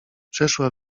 przeszła